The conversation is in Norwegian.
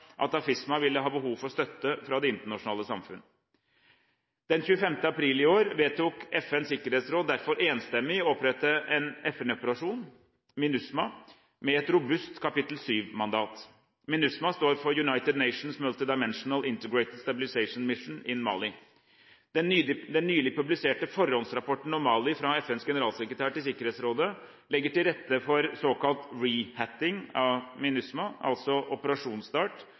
at AFISMA ville ha behov for støtte fra det internasjonale samfunn. Den 25. april i år vedtok FNs sikkerhetsråd derfor enstemmig å opprette en FN-operasjon – MINUSMA – med et robust kapittel VII-mandat. MINUSMA står for United Nations Multidimensional Integrated Stabilization Mission in Mali. Den nylig publiserte forhåndsrapporten om Mali fra FNs generalsekretær til Sikkerhetsrådet legger til rette for at såkalt «rehatting» av MINUSMA – altså operasjonsstart